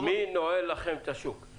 מי נועל לכם את השוק?